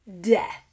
death